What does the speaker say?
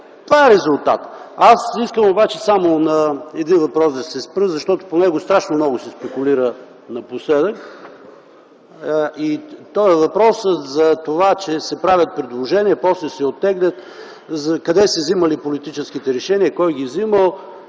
това е резултатът. Аз искам обаче да се спра само на един въпрос, защото по него страшно много се спекулира напоследък. И това е въпросът, че се правят предложения и после се оттеглят, къде се взимали политическите решения, кой ги е взимал.